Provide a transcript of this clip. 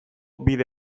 bide